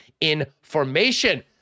information